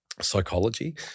psychology